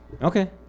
Okay